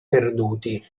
perduti